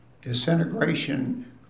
disintegration